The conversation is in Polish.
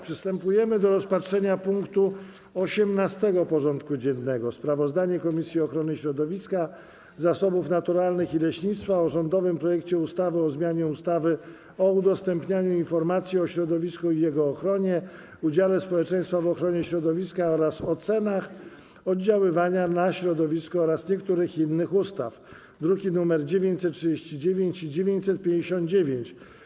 Przystępujemy do rozpatrzenia punktu 18. porządku dziennego: Sprawozdanie Komisji Ochrony Środowiska, Zasobów Naturalnych i Leśnictwa o rządowym projekcie ustawy o zmianie ustawy o udostępnianiu informacji o środowisku i jego ochronie, udziale społeczeństwa w ochronie środowiska oraz o ocenach oddziaływania na środowisko oraz niektórych innych ustaw (druki nr 939 i 959)